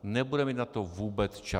Nebudeme mít na to vůbec čas.